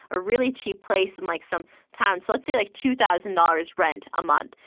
a really cheap place in, like, some town so, let's say, like two thousand dollars rent a month.